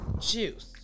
Juice